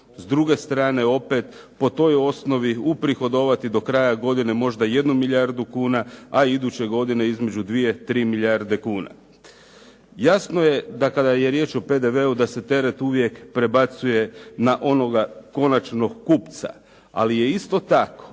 s druge strane opet po toj osnovi uprihodovati do kraja godine možda jednu milijardu kuna, a iduće godine između dvije, tri milijarde kuna. Jasno je da kada je riječ o PDV-u da se teret uvijek prebacuje na onoga konačnog kupca. Ali je isto tako